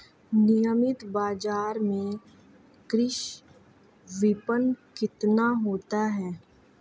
नियमित बाज़ार में कृषि विपणन कितना होता है?